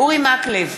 אורי מקלב,